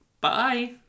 Bye